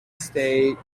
state